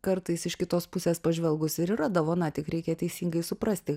kartais iš kitos pusės pažvelgus ir yra dovana tik reikia teisingai suprasti